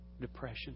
depression